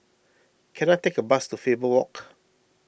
can I take a bus to Faber Walk